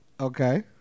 Okay